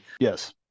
Yes